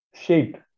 shape